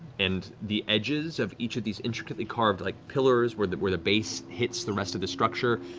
and the edges of each of these intricately carved like pillars, where the where the base hits the rest of the structure,